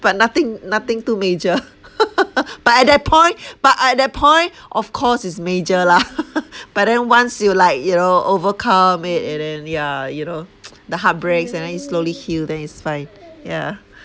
but nothing nothing too major but at that point but at that point of course it's major lah but then once you like you know overcome it and then yeah you know the heartbreaks and then you slowly heal then it's fine yeah